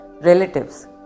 relatives